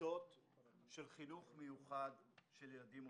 בכיתות של חינוך מיוחד של ילדים אוטיסטים,